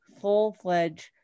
full-fledged